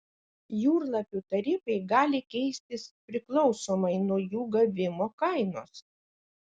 jūrlapių tarifai gali keistis priklausomai nuo jų gavimo kainos